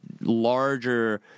larger